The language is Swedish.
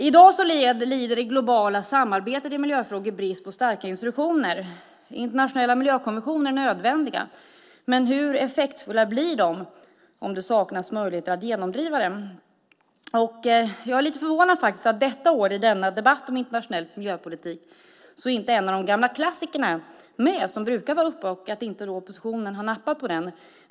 I dag lider det globala samarbetet i miljöfrågor brist på starka institutioner. Internationella miljökonventioner är nödvändiga, men hur effektfulla blir de om det saknas möjligheter att genomdriva dem? Jag är lite förvånad över att en av de gamla klassikerna som brukar vara med saknas i årets debatt om internationell miljöpolitik och att oppositionen inte har nappat på det.